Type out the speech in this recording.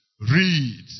Read